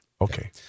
Okay